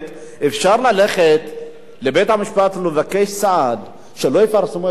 אפשר ללכת לבית-המשפט ולבקש סעד שלא יפרסמו את שמו.